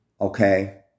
okay